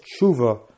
tshuva